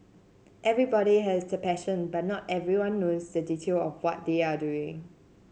everybody has the passion but not everyone knows the detail of what they are doing